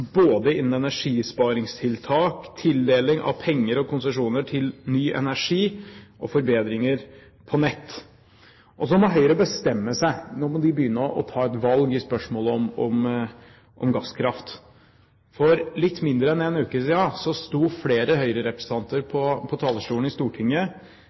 både innen energisparing, tildeling av penger og konsesjoner til ny energi og forbedringer av nett. Så må Høyre bestemme seg – nå må de begynne å ta et valg i spørsmålet om gasskraft. For litt mindre enn en uke siden sto flere Høyre-representanter på talerstolen i Stortinget